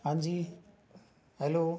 ਹਾਂਜੀ ਹੈਲੋ